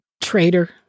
traitor